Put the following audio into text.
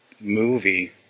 movie